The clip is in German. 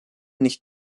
nicht